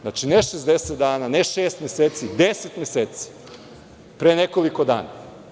Znači, ne 60 dana, ne šest meseci, već za 10 meseci, pre nekoliko dana.